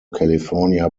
california